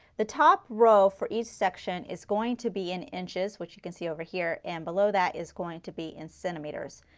the top row for each section is going to be in inches, which you can see over here and below that is going to be in centimeters.